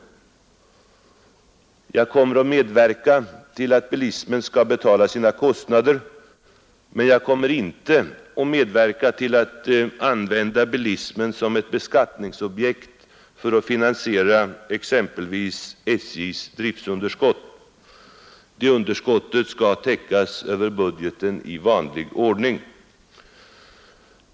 Jag kommer att medverka till att bilismen skall betala sina kostnader, men jag kommer inte att medverka till att använda bilismen som ett beskattningsobjekt för att finansiera SJ:s driftsunderskott. Det underskottet skall täckas över budgeten i vanlig ordning.